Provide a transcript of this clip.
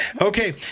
Okay